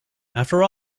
after